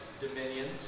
Dominions